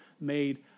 made